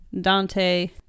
Dante